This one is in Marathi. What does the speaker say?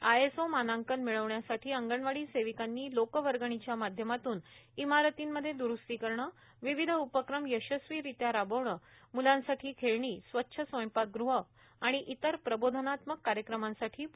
आयएसओ मानांकन मिळवण्यासाठी अंगणवाडी सेविकांनी लोकवर्गणीच्या माध्यमातून इमारतींमध्ये दुस्स्ती करणं विविष उपक्रम यशस्वीरित्या राबवणं मुलांसाठी खेळणी स्वच्छ स्वयंपाकगृह आणि इतर प्रबोषनात्मक कार्यक्रमांसाठी पुढाकार घेतला